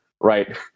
right